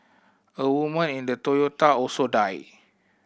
a woman in the Toyota also died